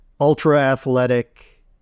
ultra-athletic